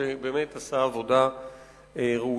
שבאמת עשה עבודה ראויה,